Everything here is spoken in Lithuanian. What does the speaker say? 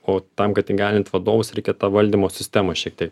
o tam kad įgalint vadovus reikia tą valdymo sistemą šiek tiek